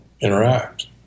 interact